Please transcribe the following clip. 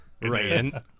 Right